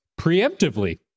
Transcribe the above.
preemptively